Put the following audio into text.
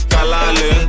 Kalale